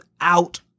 out